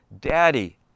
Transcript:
Daddy